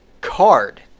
card